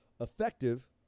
effective